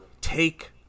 take